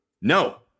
No